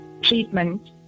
treatment